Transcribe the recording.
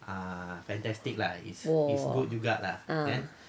oh ah